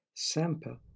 Sampa